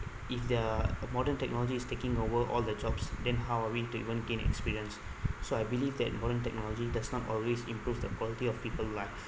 if there're a modern technology is taking over all the jobs then how are we to even gain experience so I believe that modern technology does not always improve the quality of people life